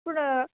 పడ